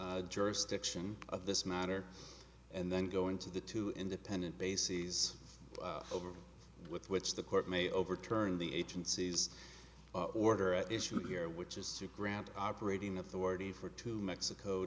about jurisdiction of this matter and then going to the two independent bases over with which the court may overturn the agency's order at issue here which is to grant operating authority for to mexico